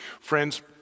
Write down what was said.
Friends